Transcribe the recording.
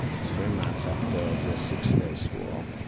three months after the six days war.